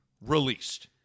released